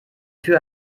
tür